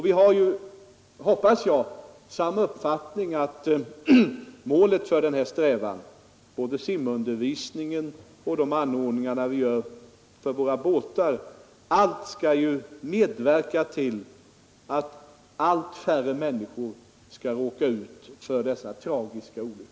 Vi har, hoppas jag, samma uppfattning om målet för denna strävan — allt, både simundervisningen och de anordningar vi gör för våra båtar, skall medverka till att allt färre människor skall råka ut för dessa tragiska olyckor.